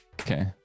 Okay